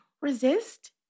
Resist